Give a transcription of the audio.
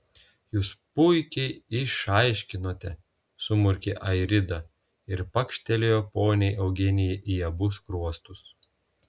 jūs puikiai išaiškinote sumurkė airida ir pakštelėjo poniai eugenijai į abu skruostus